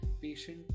Patient